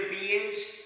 beings